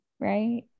right